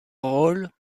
rôle